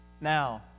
Now